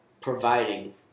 providing